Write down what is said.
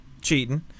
cheating